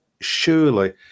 surely